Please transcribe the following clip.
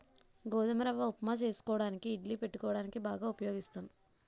గోధుమ రవ్వ ఉప్మా చేసుకోవడానికి ఇడ్లీ పెట్టుకోవడానికి బాగా ఉపయోగిస్తాం